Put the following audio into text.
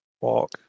walk